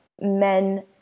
men